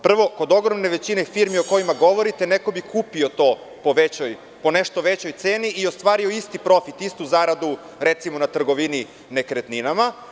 Prvo, kod ogromne većine firmi o kojima govorite neko bi kupio to po nešto većoj ceni i ostvario isti profit, istu zaradu, recimo, na trgovini nekretninama.